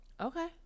Okay